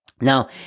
Now